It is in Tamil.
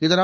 இதனால்